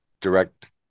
direct